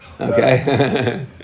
Okay